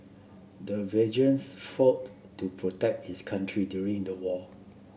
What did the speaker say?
the veterans fought to protect his country during the war